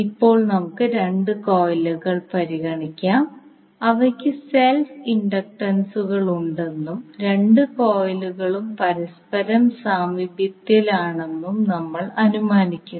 ഇപ്പോൾ നമുക്ക് 2 കോയിലുകൾ പരിഗണിക്കാം അവയ്ക്ക് സെൽഫ് ഇൻഡക്റ്റൻസുകളുണ്ടെന്നും രണ്ട് കോയിലുകളും പരസ്പരം സാമീപ്യത്തിലാണെന്നും നമ്മൾ അനുമാനിക്കുന്നു